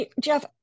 Jeff